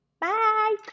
Bye